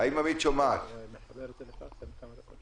מה התהליך,